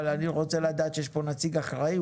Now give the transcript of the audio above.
אבל אני רוצה לדעת שיש פה נציג אחראי.